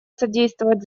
содействовать